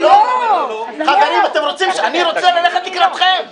--- חברים, אני רוצה ללכת לקראתכם.